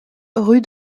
rue